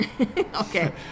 Okay